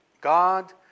God